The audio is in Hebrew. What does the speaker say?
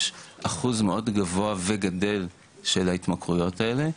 יש אחוז מאוד גבוה וגדל של ההתמכרויות האלה.